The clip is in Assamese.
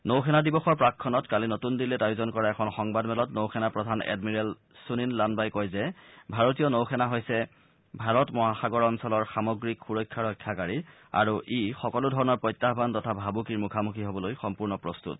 নৌসেনা দিৱসৰ প্ৰাকক্ষণত কালি নতুন দিল্লীত আয়োজন কৰা এখন সংবাদ মেলত নৌসেনা প্ৰধান এডমিৰেল সুনীল লানবাই কয় যে ভাৰতীয় নৌসেনা হৈছে ভাৰত মহাসাগৰ অঞ্চলৰ সামগ্ৰিক সুৰক্ষা ৰক্ষাকাৰী আৰু ই সকলোধৰণৰ প্ৰত্যাহান তথা ভাবুকিৰ মুখামুখি হবলৈ সম্পূৰ্ণ প্ৰস্তুত